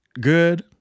good